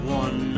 one